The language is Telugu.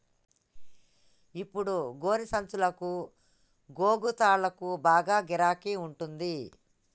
ఇప్పుడు గోనె సంచులకు, గోగు తాళ్లకు బాగా గిరాకి ఉంటంది